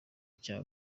cya